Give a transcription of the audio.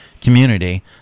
community